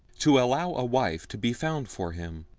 to allow a wife to be found for him.